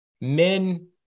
men